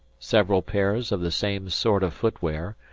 several pairs of the same sort of foot-wear,